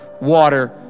water